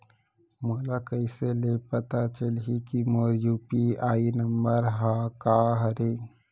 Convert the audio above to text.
मोला कइसे ले पता चलही के मोर यू.पी.आई नंबर का हरे?